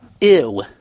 ew